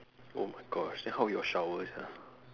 oh gosh then how you all shower sia